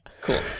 Cool